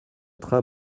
train